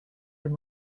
your